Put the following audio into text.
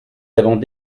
avons